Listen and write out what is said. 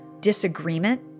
disagreement